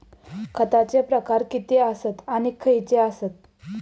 खतांचे प्रकार किती आसत आणि खैचे आसत?